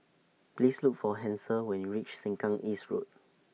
Please Look For Hansel when YOU REACH Sengkang East Road